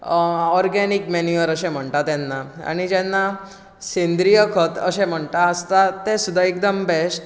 organic manure अशें म्हणटा तेन्ना आनी जेन्ना सेंद्रीय खत अशें म्हणटा आसता तें सुद्दां एकदम बेस्ट